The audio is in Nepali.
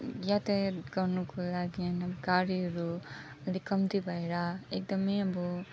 यातायात गर्नुको लागि गाडीहरू अलिक कम्ती भएर एकदमै अब